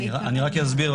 אסביר,